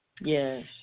Yes